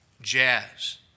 jazz